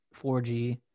4G